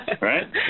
right